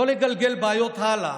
לא לגלגל בעיות הלאה,